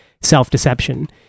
self-deception